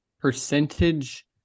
percentage